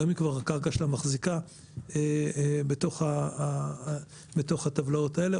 היום כבר הקרקע שלה מחזיקה בתוך הטבלאות האלה.